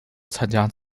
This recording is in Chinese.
参加